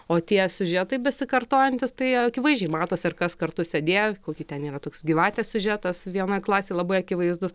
o tie siužetai besikartojantys tai akivaizdžiai matosi ar kas kartu sėdėjo kokį ten yra toks gyvatės siužetas vienoj klasėj labai akivaizdus